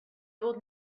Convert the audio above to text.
old